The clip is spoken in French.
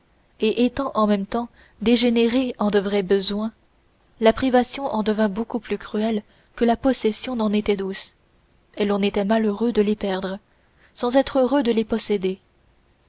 et étant en même temps dégénérées en de vrais besoins la privation en devint beaucoup plus cruelle que la possession n'en était douce et l'on était malheureux de les perdre sans être heureux de les posséder